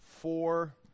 four